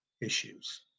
issues